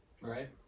Right